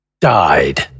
Died